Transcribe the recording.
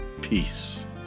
Peace